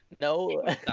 No